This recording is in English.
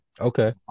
Okay